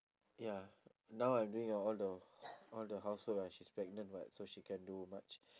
ya now I'm doing ya all the all the house work ah she's pregnant [what] so she can't do much